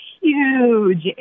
huge